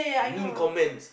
mean comments